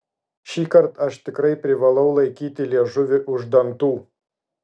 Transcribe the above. šįkart aš tikrai privalau laikyti liežuvį už dantų